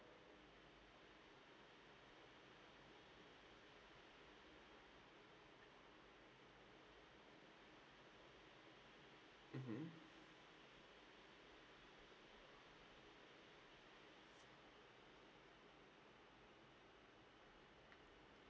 mmhmm